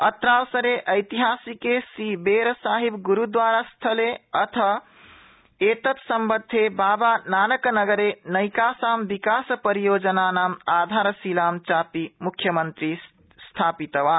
अत्रावसरे ऐतिहासिके श्री बेर साहिब गुरूद्वारा स्थले अथ एतत् सम्बद्धे बाबा नानक नगरे नक्कीसां विकास परियोजनानाम् आधारशिलां चापि मुख्यमन्त्री स्थपितवान्